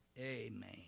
Amen